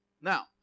Now